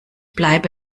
bleibe